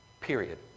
Period